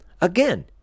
Again